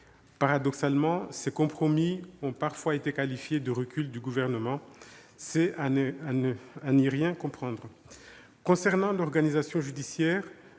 Paradoxalement, ces compromis ont parfois été qualifiés de reculs du Gouvernement. C'est à n'y rien comprendre ! Concernant l'organisation judiciaire,